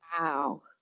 Wow